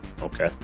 Okay